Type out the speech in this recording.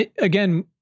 Again